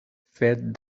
fed